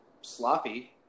sloppy